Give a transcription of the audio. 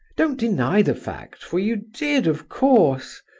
don't deny the fact, for you did, of course.